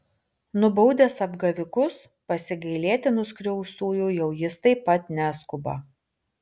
nubaudęs apgavikus pasigailėti nuskriaustųjų jau jis taip pat neskuba